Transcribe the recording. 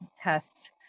test